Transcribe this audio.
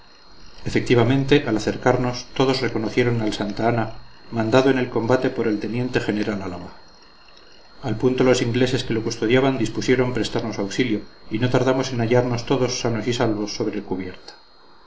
efectivamente al acercanos todos reconocieron al santa ana mandado en el combate por el teniente general álava al punto los ingleses que lo custodiaban dispusieron prestarnos auxilio y no tardamos en hallarnos todos sanos y salvos sobre cubierta